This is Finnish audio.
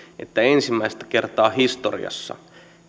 että ensimmäistä kertaa historiassa